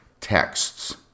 texts